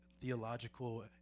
theological